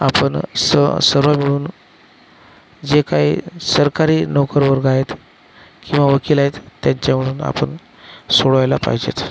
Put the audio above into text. आपण स सर्व मिळून जे काही सरकारी नोकरवर्ग आहेत किंवा वकील आहेत त्यांच्यावरून आपण सोडवायला पाहिजेत